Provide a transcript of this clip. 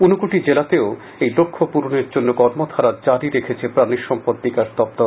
উনকোটি জেলাতেও এই লক্ষ্য পূরণের জন্য কর্মধারা জারী রেখেছে প্রাণী সম্পদ বিকাশ দপ্তর